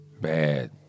Bad